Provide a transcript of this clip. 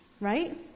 right